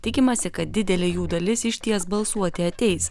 tikimasi kad didelė jų dalis išties balsuoti ateis